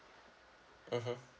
mmhmm